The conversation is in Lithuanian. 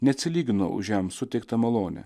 neatsilygino už jam suteiktą malonę